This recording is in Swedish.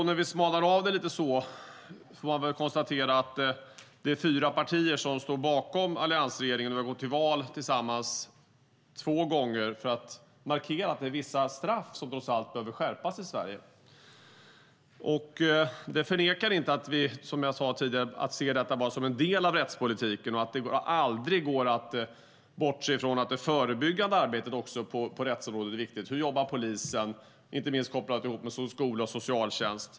När vi smalnar av det så kan man väl konstatera att det är fyra partier som står bakom alliansregeringen och har gått till val tillsammans två gånger för att markera att det är vissa straff som trots allt behöver skärpas i Sverige. Det motsäger inte att vi, som jag sade tidigare, ser detta bara som en del av rättspolitiken och att det aldrig går att bortse från att det förebyggande arbetet på rättsområdet också är viktigt. Hur jobbar polisen? Inte minst kan det kopplas ihop med skola och socialtjänst.